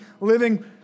living